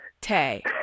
Tay